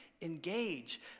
engage